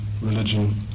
religion